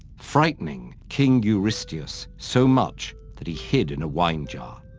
frightening king eurystheus so much that he hid in a wine jar.